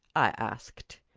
i asked.